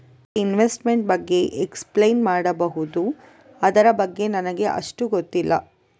ನನಗೆ ಇನ್ವೆಸ್ಟ್ಮೆಂಟ್ ಬಗ್ಗೆ ಎಕ್ಸ್ಪ್ಲೈನ್ ಮಾಡಬಹುದು, ಅದರ ಬಗ್ಗೆ ನನಗೆ ಅಷ್ಟು ಗೊತ್ತಿಲ್ಲ?